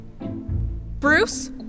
Bruce